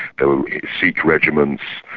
there were sikh regiments,